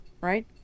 right